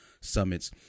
summits